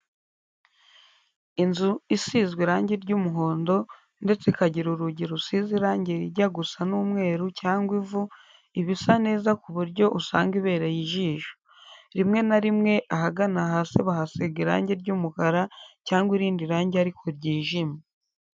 Inzu isizwe irange ry'umuhondo ndetse ikagira urugi rusize irange rijya gusa n'umweru cyangwa ivu iba isa neza ku buryo usanga ibereye ijisho. Rimwe na rimwe ahagana hasi bahasiga irange ry'umukara cyangwa irindi range ariko ryijimye.